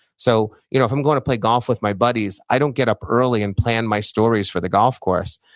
so you know if i'm going to play golf with my buddies, i don't get up early and plan my stories for the golf course.